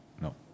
No